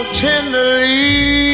tenderly